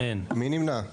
מי נמנע?